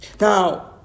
Now